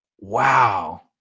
wow